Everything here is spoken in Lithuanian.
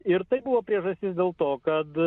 ir tai buvo priežastis dėl to kad